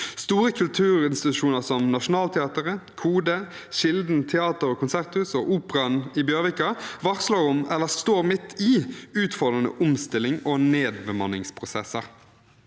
Store kulturinstitusjoner som Nationaltheatret, Kode, Kilden teater og konserthus og Operaen i Bjørvika varsler om eller står midt i utfordrende omstillings- og nedbemanningsprosesser.